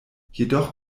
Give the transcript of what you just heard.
jedoch